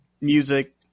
music